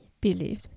believe